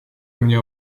mnie